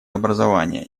образование